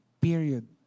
period